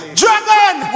dragon